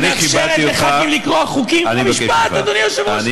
אני מסתכל על חברי יושב-ראש ועדת האתיקה ואני